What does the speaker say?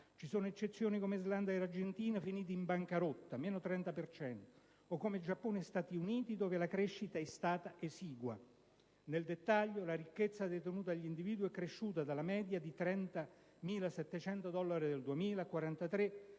Ci sono eccezioni come Islanda ed Argentina, finite in bancarotta (meno 30 per cento), o come Giappone e Stati Uniti, dove la crescita è stata esigua. Nel dettaglio, la ricchezza detenuta dagli individui è cresciuta dalla media di 30.700 dollari nel 2000